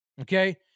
okay